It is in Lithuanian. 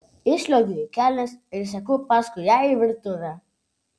įsliuogiu į kelnes ir seku paskui ją į virtuvę